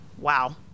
wow